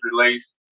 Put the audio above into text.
released